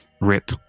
rip